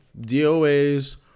DOA's